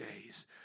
days